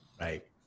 Right